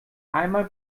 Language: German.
einmal